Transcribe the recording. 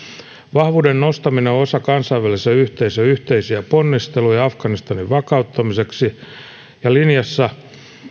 vahvuuden nostaminen on osa kansainvälisen yhteisön yhteisiä ponnisteluja afganistanin vakauttamiseksi ja linjassa